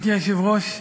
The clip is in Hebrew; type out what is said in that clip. גברתי היושבת-ראש,